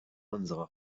unsere